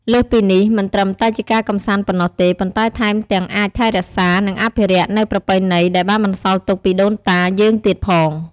លើសពីនេះ មិនត្រឹមតែជាការកម្សាន្តប៉ុណ្ណោះទេ ប៉ុន្តែថែមទាំងអាចថែរក្សា និងអភិរក្សនៅប្រពៃណីដែលបានបន្សល់ទុកពីដូនតាយើងទៀតផង។